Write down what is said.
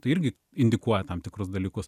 tai irgi indikuoja tam tikrus dalykus